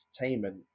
entertainment